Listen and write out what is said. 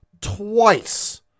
twice